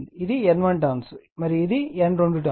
ఇది N1 turns మరియు ఇది N2 టర్న్స్